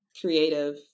creative